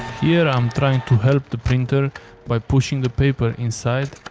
here, i'm trying to help the printer by pushing the paper inside.